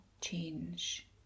change